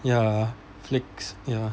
ya flick ya